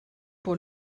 pour